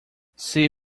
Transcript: see